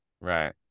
Right